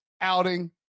outing